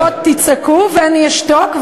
אתם תשע דקות תצעקו ואני אשתוק,